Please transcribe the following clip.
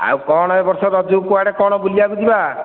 ଆଉ କ'ଣ ଏ ବର୍ଷ ରଜକୁ କୁଆଡ଼େ କ'ଣ ବୁଲିବାକୁ ଯିବା